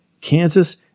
Kansas